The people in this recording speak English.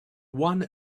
one